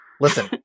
Listen